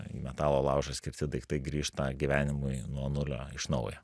į metalo laužą skirti daiktai grįžta gyvenimui nuo nulio iš naujo